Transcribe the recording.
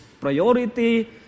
priority